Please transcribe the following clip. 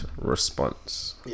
response